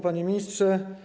Panie Ministrze!